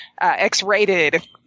X-rated